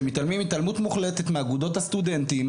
שמתעלמים התעלמות מוחלטת מאגודות הסטודנטים,